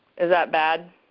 is that bad?